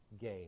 gain